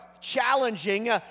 challenging